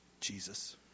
Jesus